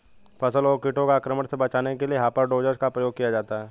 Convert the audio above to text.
फसल को कीटों के आक्रमण से बचाने के लिए हॉपर डोजर का प्रयोग किया जाता है